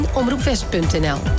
omroepwest.nl